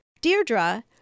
Deirdre